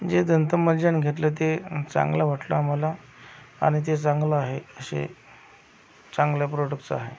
जे दंतमंजन घेतलं ते चांगलं वाटलं आम्हाला आणि ते चांगलं आहे अशी चांगल्या प्रोडक्टचं आहे